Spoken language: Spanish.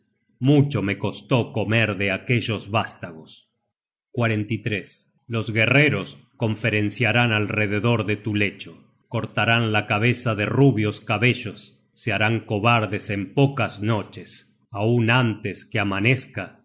mucho me costó comer de aquellos vástagos los guerreros conferenciarán alrededor de tu lecho cortarán la cabeza de rubios cabellos se harán cobardes en pocas noches aun antes que amanezca